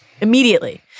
Immediately